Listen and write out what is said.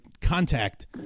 contact